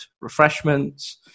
refreshments